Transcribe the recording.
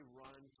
run